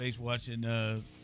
watching